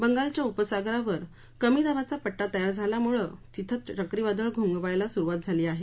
बंगालच्या उपसागरावर कमी दाबाचा पट्टा तयार झाल्यामुळं तिथं चक्रीवादळ घोंघावायला सुरुवात झाली आहे